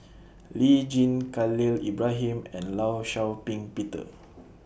Lee Tjin Khalil Ibrahim and law Shau Ping Peter